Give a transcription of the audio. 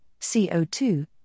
CO2